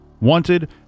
Wanted